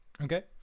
Okay